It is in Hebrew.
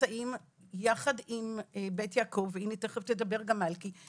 נמצאים יחד עם בית יעקב והינה תיכף תדבר גם מלכי,